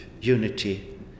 unity